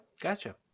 Gotcha